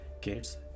kids